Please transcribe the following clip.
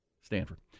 Stanford